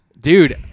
Dude